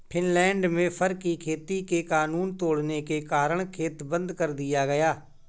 Finland में fur की खेती के कानून तोड़ने के कारण खेत बंद कर दिया गया